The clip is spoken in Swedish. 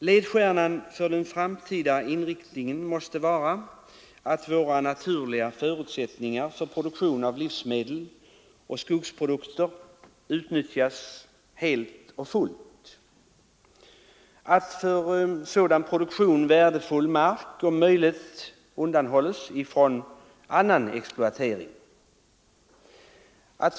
Ledstjärnan för den framtida inriktningen måste vara att våra naturliga förutsättningar för produktion av livsmedel och skogsprodukter skall utnyttjas helt och fullt; för sådan produktion värdefull mark måste undanhållas från annan exploatering.